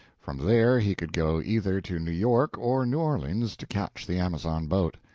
from there he could go either to new york or new orleans to catch the amazon boat.